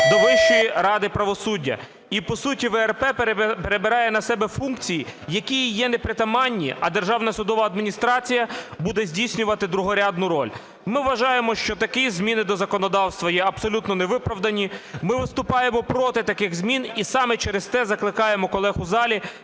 до Вищої ради правосуддя. І по суті, ВРП перебирає на себе функції, які їй не притаманні, а Державна судова адміністрація буде здійснювати другорядну роль. Ми вважаємо, що такі зміни до законодавства є абсолютно невиправдані. Ми виступаємо проти таких змін і саме через те закликаємо колег у залі